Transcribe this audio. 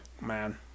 man